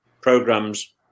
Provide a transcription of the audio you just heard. programs